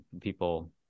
people